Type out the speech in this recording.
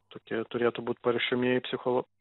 tokie turėtų būt paruošiamieji psicholo